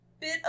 bit